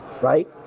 Right